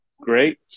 great